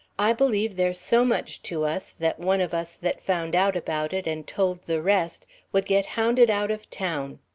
i believe there's so much to us that one of us that found out about it and told the rest would get hounded out of town.